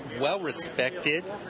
well-respected